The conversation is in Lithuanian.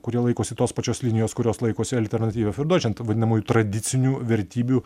kurie laikosi tos pačios linijos kurios laikosi alternative fiur doičlend ta vadinamųjų tradicinių vertybių